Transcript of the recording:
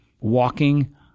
walking